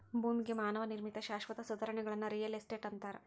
ಭೂಮಿಗೆ ಮಾನವ ನಿರ್ಮಿತ ಶಾಶ್ವತ ಸುಧಾರಣೆಗಳನ್ನ ರಿಯಲ್ ಎಸ್ಟೇಟ್ ಅಂತಾರ